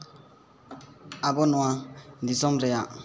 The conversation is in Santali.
ᱟᱵᱚ ᱱᱚᱣᱟ ᱫᱤᱥᱚᱢ ᱨᱮᱭᱟᱜ